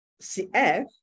CF